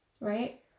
Right